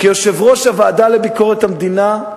כיושב-ראש הוועדה לביקורת המדינה,